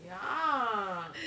ya